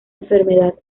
enfermedad